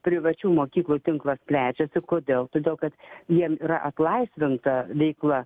privačių mokyklų tinklas plečiasi kodėl todėl kad jiem yra atlaisvinta veikla